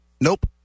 Nope